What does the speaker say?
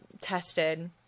tested